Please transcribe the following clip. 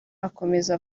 akomeza